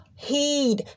Heed